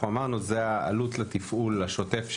אמרנו זאת העלות לתפעול השוטף שלו.